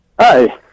Hi